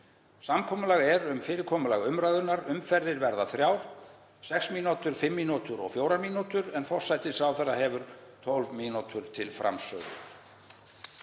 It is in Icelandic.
Samkomulag er um fyrirkomulag umræðunnar. Umferðir verða þrjár, sex mínútur, fimm mínútur og fjórar mínútur, en forsætisráðherra hefur 12 mínútur til framsögu.